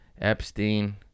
Epstein